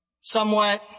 somewhat